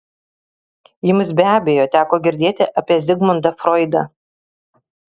jums be abejo teko girdėti apie zigmundą froidą